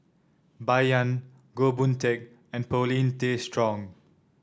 Bai Yan Goh Boon Teck and Paulin Tay Straughan